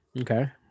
Okay